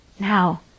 Now